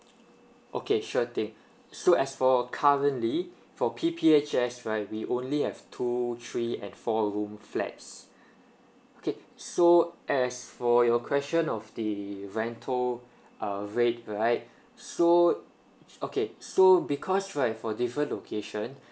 okay sure thing so as for currently for P_P_H_S right we only have two three and four room flats okay so as for your question of the rental uh rate right so okay so because right for different location